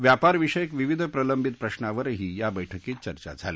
व्यापारविषयक विविध प्रलंबित प्रश्नावरही या बैठकीत चर्चा झाली